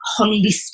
holistic